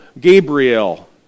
Gabriel